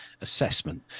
assessment